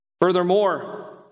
Furthermore